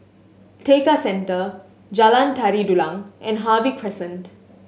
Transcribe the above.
Tekka Centre Jalan Tari Dulang and Harvey Crescent